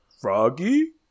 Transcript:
Froggy